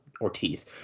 Ortiz